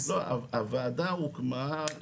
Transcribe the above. לא, הוועדה הוקמה כהוראת שעה.